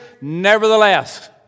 nevertheless